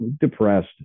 depressed